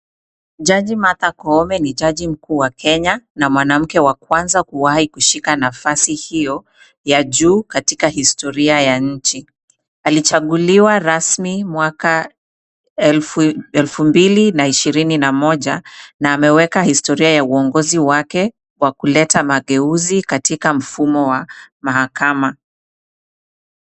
Jaji Martha Koome ni jaji mkuu wa Kenya na mwanamke wa kwanza kuwahi kushika nafasi hiyo ya juu katika historia ya nchi. Alichaguliwa rasmi mwaka 2021 na ameweka historia ya uongozi wake kwa kuleta mageuzi katika mfumo wa mahakama.